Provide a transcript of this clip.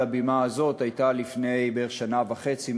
הבימה הזאת הייתה לפני בערך שנה וחצי,